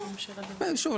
שוב,